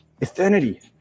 eternity